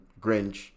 Grinch